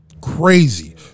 Crazy